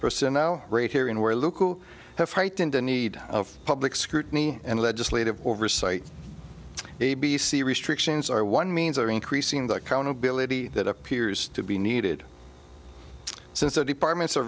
who have heightened the need of public scrutiny and legislative oversight a b c restrictions are one means or increasing the accountability that appears to be needed since the departments are